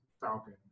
Falcon